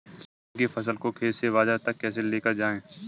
गन्ने की फसल को खेत से बाजार तक कैसे लेकर जाएँ?